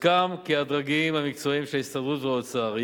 הוסכם כי הדרגים המקצועיים של ההסתדרות והאוצר,